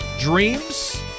dreams